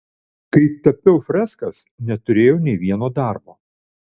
kai tapiau freskas neturėjau nė vieno darbo